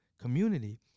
community